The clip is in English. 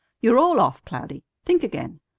you're all off, cloudy. think again.